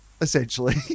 essentially